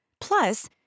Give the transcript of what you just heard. Plus